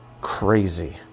crazy